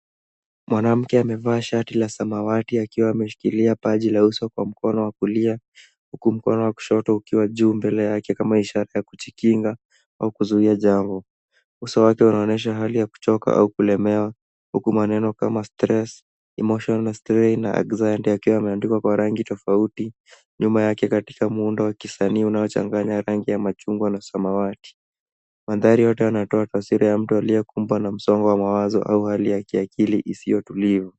Mwanamke amevaa sharti la samawati, akiwa ameshika paji la uso kwa mkono wa kulia, huku mkono wa kushoto ukiwa juu mbele yake kama ishara ya kujikinga au kuzuia jambo. Uso wake unaonyesha hali ya kuchoka au kulemewa, huku maneno kama stress, emotion, strain na anxiety[cs yameandikwa kwa rangi tofauti. Nyuma yake, katika muundo wa kisanii unaochanganya rangi ya machungwa na samawati. Mandhari yote yanatowa taswira ya mtu aliyekumbwa na msongo wa mawazo au hali ya akili isiyotulivu.